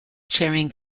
charing